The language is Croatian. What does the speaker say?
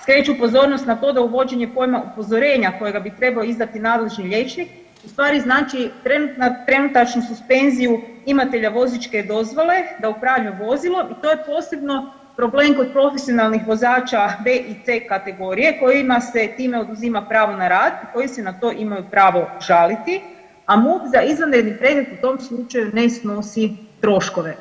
Skreću pozornost na to da uvođenje pojma upozorenja kojega bi trebao izdati nadležni liječnik u stvari znači trenutačnu suspenziju imatelja vozačke dozvole da upravljaju vozilom i to je posebno problem kod profesionalnih vozača B i C kategorije kojima se time oduzima pravo na rad i koji se na to imaju pravo žaliti, a MUP za izvanredni predmet u tom slučaju ne snosi troškove.